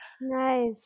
Nice